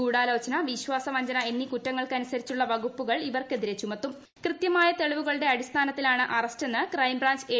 ഗൂഢാലോചന വിശ്വാസവഞ്ചന എന്നീ കുറ്റങ്ങളനുസരിച്ചുള്ള വകുപ്പുകൾ ഇവർക്കെതിരെ തെളിവുകളുടെ അടിസ്ഥാനത്തിലാണ് അറസ്റ്റെന്ന് ക്രൈംബ്രാഞ്ച് എ